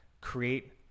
create